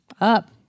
up